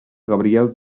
gabriel